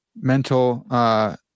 mental